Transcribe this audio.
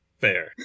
Fair